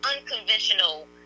unconventional